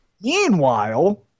Meanwhile